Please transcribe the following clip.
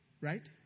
Right